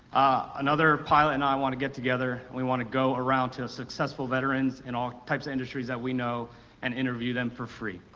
another pilot and i want to get together, we want to go around to successful successful veterans in all types of industries that we know and interview them for free.